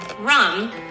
rum